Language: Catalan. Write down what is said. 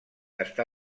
està